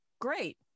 great